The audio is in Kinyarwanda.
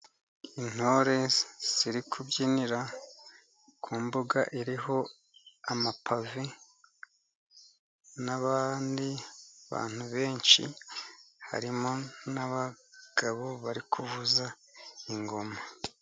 Intore ziri kubyinira ku mbuga iriho amapave n'abandi bantu benshi, harimo n'abagabo bari kuvuza ingoma.